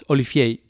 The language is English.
Olivier